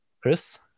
Chris